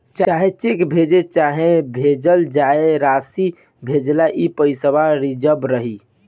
चाहे चेक भजे चाहे भेजल जाए, रासी भेजेला ई पइसवा रिजव रहे